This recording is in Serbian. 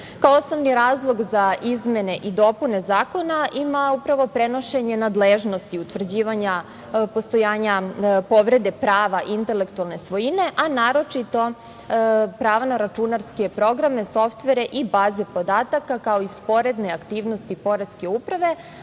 osnovni razlog za izmene i dopune zakona ima upravo prenošenje nadležnosti utvrđivanja postojanja povrede prava intelektualne svojine, a naročito pravo na računarske programe, softvere i baze podataka, kao i sporedne aktivnosti poreske uprave.